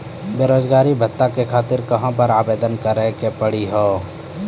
बेरोजगारी भत्ता के खातिर कहां आवेदन भरे के पड़ी हो?